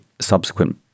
subsequent